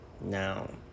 now